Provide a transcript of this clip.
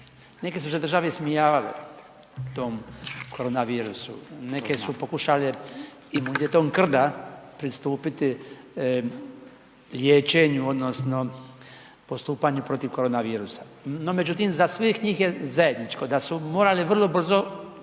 neke su se države ismijavale tom koronavirusu, neke su pokušale imunitetom krda pristupiti liječenju odnosno postupanju protiv koronavirusa. No, međutim za svih njih je zajedničko da su morali vrlo brzo